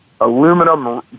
aluminum